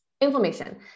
inflammation